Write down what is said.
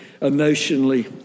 emotionally